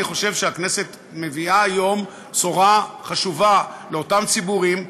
אני חושב שהכנסת מביאה היום בשורה חשובה לאותם ציבורים,